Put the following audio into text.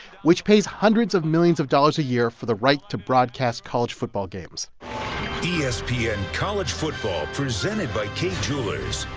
which pays hundreds of millions of dollars a year for the right to broadcast college football games yeah espn college football, presented by kay jewelers,